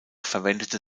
verwendete